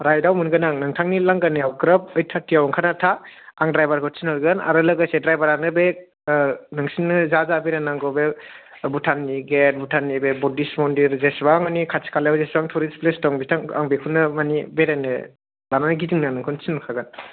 right मोनगोन आं नोंथांनि लांगानियाव ग्रोफ ओइट थार्टियाव ओंखारनान था आं ड्राइभार खौ थिनहरगोन आरो लोगोसे ड्राइभारानो बे नोंसिनो जा जा बेरायनांगौ बे भुटान नि गेट भुटान नि बे बुधिस मनदिर जेसेबां मानि खाथि खालायाव जेसेबां थुरिस्ट प्लेस दं बिथां आं बेखौनो मानि बेरायनो लानानै गिदिंनो नोंखौ थिनखागोन